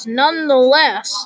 nonetheless